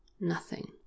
Nothing